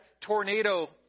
tornado